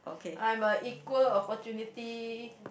I am a equal opportunity